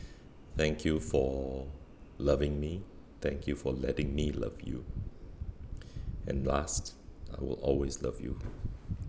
thank you for loving me thank you for letting me love you and last I will always love you